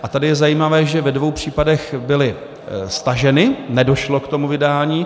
A tady je zajímavé, že ve dvou případech byly staženy, nedošlo k tomu vydání.